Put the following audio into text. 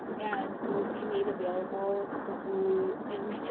and we'll will be made available through